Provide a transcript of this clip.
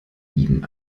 ihm